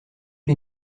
les